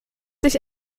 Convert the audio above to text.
dich